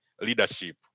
leadership